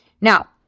Now